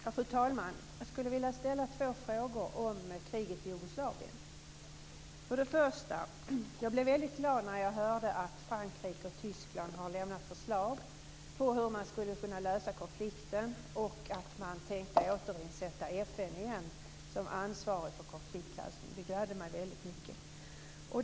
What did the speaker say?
Fru talman! Jag skulle vilja ställa två frågor om kriget i Jugoslavien. För det första: Jag blev väldigt glad när jag hörde att Frankrike och Tyskland har lämnat förslag på hur man skulle kunna lösa konflikten och att man har tänkt återinsätta FN som ansvarigt för konfliktlösning. Det gladde mig väldigt mycket.